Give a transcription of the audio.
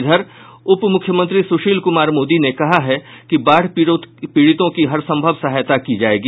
इधर उपमुख्यमंत्री सुशील कुमार मोदी ने कहा है कि बाढ़ पीड़ितों की हरसंभव सहायता की जायेगी